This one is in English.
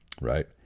right